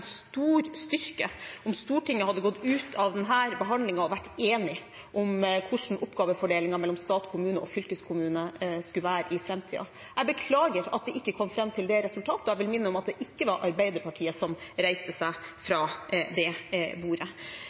stor styrke om Stortinget hadde gått ut av denne behandlingen og vært enige om hvordan oppgavefordelingen mellom stat, kommune og fylkeskommune skulle være i framtiden. Jeg beklager at vi ikke kom fram til det resultatet, men jeg vil minne om at det ikke var Arbeiderpartiet som reiste seg fra det bordet.